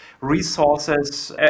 resources